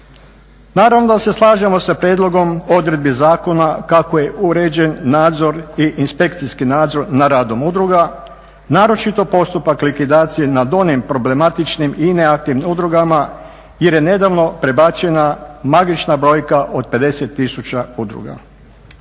Naravno da se slažemo sa prijedlogom odredbi zakona kako je uređen nadzor i inspekcijski nadzor nad radom udruga naročito postupak likvidacije nad onim problematičnim i neaktivnim udrugama jer je nedavno prebačena magična brojka od 50000 udruga.